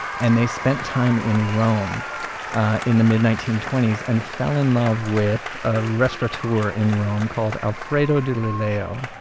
and they spent time in rome in the mid nineteen twenty s and fell in love with a restaurateur in rome called alfredo di lelio.